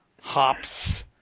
hops